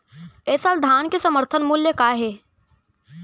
ए साल धान के समर्थन मूल्य का हे?